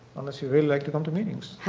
unless you really like to come to meetings.